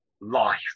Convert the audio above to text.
life